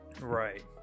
Right